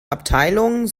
abteilungen